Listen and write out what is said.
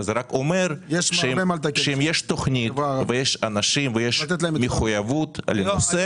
זה רק אומר שאם יש תוכנית ואם יש אנשים ויש מחויבות לנושא,